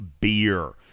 beer